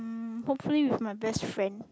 um hopefully with my best friend